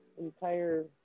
entire